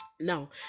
Now